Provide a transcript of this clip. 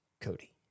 Cody